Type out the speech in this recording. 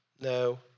no